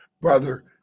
Brother